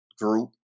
group